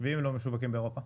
ואם הם לא משווקים באירופה?